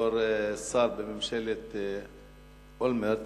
בתור שר בממשלת אולמרט,